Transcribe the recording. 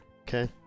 Okay